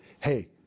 Hey